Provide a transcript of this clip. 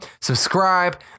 subscribe